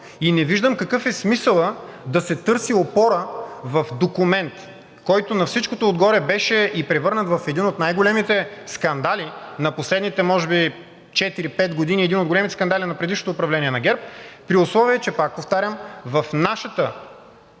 И не виждам какъв е смисълът да се търси опора в документ, който на всичкото отгоре беше и превърнат в един от най-големите скандали на последните може би четири или пет години – един от големите скандали на предишното управление на ГЕРБ, при условие че, пак повтарям, в нашата